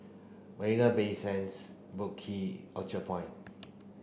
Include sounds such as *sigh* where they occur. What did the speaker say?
Marina Bay Sands Boat *unintelligible* Orchard Point